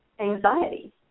anxiety